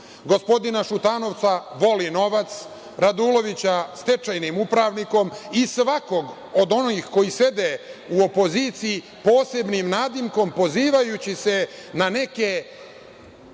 gospodina Šutanovca „voli novac“, Radulovića „stečajnim upravnikom“ i svakog od onih koji sede u opoziciji, posebnim nadimkom, pozivajući se na neke